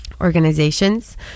organizations